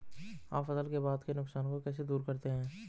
आप फसल के बाद के नुकसान को कैसे दूर करते हैं?